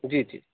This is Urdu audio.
جی جی